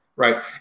right